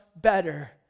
better